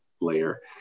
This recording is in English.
layer